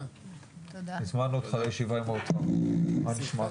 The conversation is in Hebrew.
הישיבה ננעלה בשעה 15:12.